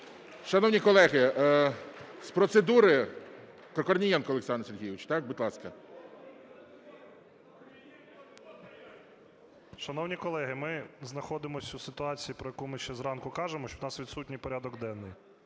Шановні колеги, з процедури Корнієнко Олександр Сергійович. Так, будь ласка. 13:24:27 КОРНІЄНКО О.С. Шановні колеги, ми знаходимося в ситуації, про яку ми ще зранку кажемо, що у нас відсутній порядок денний,